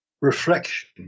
reflection